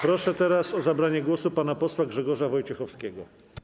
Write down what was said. Proszę teraz o zabranie głosu pana posła Grzegorza Wojciechowskiego.